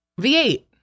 V8